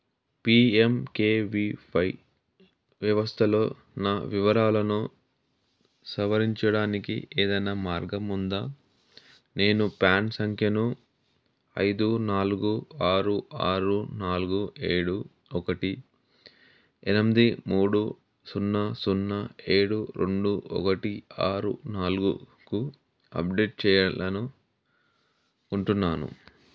PMKVY వ్యవస్థలో నా వివరాలను సవరించడానికి ఏదైనా మార్గం ఉందా నేను పాన్ సంఖ్యను ఐదు నాలుగు ఆరు ఆరు నాలుగు ఏడు ఒకటి ఎనమిది మూడు సున్నా సున్నా ఏడు రెండు ఒకటి ఆరు నాలుగుకు అప్డేట్ చేయాలనుకుంటున్నాను